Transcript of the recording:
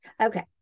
Okay